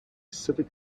civic